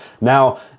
now